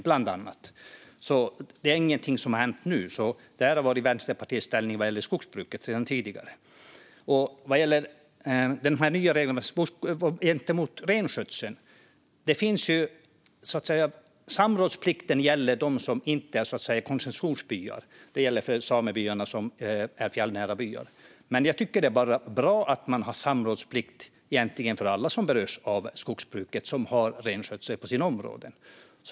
Det är alltså ingenting som har hänt nu, utan det här har varit Vänsterpartiets ställning vad gäller skogsbruket sedan tidigare. Vad gäller de nya reglerna gentemot renskötseln gäller samrådsplikten de byar som inte är koncessionsbyar. Det gäller för samebyarna som är fjällnära byar. Men jag tycker egentligen att det är bra med samrådsplikt för alla som berörs av skogsbruket och som har renskötsel på sina områden.